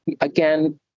again